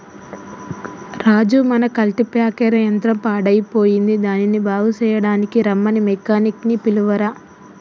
రాజు మన కల్టిప్యాకెర్ యంత్రం పాడయ్యిపోయింది దానిని బాగు సెయ్యడానికీ రమ్మని మెకానిక్ నీ పిలువురా